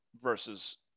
versus